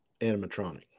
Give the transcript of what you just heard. animatronic